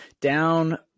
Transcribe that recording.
Down